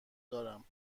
دارم